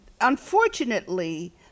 unfortunately